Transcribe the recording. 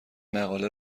مقاله